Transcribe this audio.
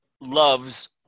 loves